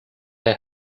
they